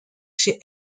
chez